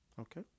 Okay